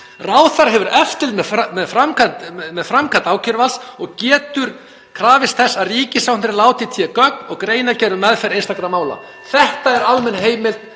„Ráðherra hefur eftirlit með framkvæmd ákæruvalds og getur krafist þess að ríkissaksóknari láti í té gögn og greinargerð um meðferð einstakra mála.“ Þetta er almenn heimild